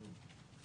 טירה